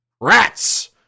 Rats